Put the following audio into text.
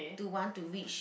to want to reach